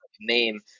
name